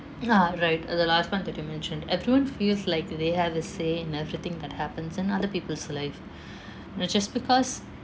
uh right uh the last [one] that you mentioned everyone feels like they have a say in everything that happens in other people's life you know just because